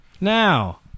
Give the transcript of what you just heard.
Now